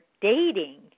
dating